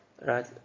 right